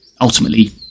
ultimately